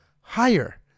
higher